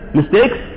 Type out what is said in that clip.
mistakes